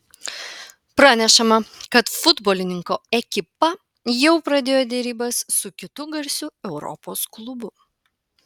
pranešama kad futbolininko ekipa jau pradėjo derybas su kitu garsiu europos klubu